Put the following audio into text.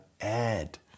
add